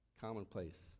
commonplace